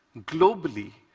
globally,